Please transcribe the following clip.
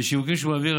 בשיווקים שבאוויר,